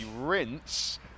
rinse